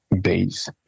base